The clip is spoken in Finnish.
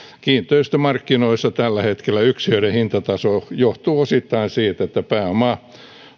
kiinteistömarkkinoilla tällä hetkellä yksiöiden hintataso johtuu osittain siitä että pääomaa